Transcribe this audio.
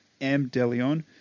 MDeLeon